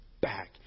back